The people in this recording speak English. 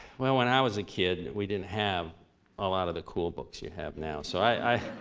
well, when i was a kid, we didn't have a lot of the cool books you have now. so i i,